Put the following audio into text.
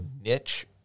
niche-